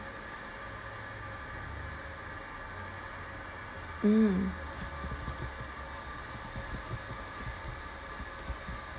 mm